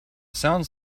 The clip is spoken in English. sounds